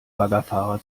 baggerfahrer